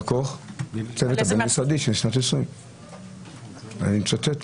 הצוות הבין-משרדי בשנת 2020. אני מצטט.